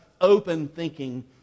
open-thinking